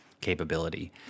capability